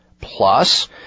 Plus